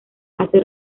hace